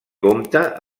compta